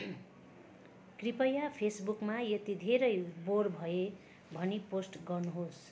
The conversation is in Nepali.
कृपया फेसबुकमा यति धेरै बोर भएँ भनी पोस्ट गर्नुहोस्